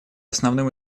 основным